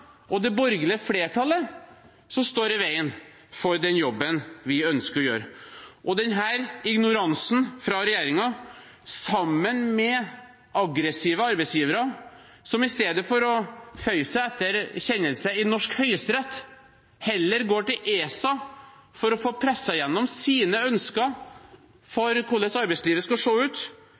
og det borgerlige flertallet som står i veien for den jobben vi ønsker å gjøre. Og denne ignoransen fra regjeringen, sammen med aggressive arbeidsgivere, som i stedet for å føye seg etter kjennelse i norsk høyesterett heller går til ESA for å få presset igjennom sine ønsker for hvordan arbeidslivet skal se ut,